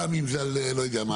גם אם זה, לא יודע מה,